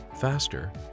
faster